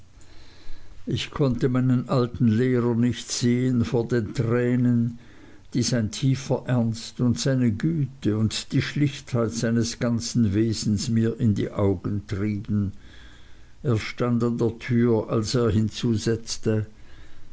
ich konnte meinen alten lehrer nicht sehen vor den tränen die sein tiefer ernst und seine güte und die schlichtheit seines ganzen wesens mir in die augen trieben er stand an der tür als er hinzusetzte